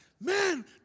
Man